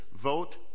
Vote